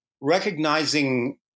recognizing